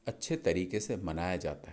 अच्छे तरीके से मनाया जाता है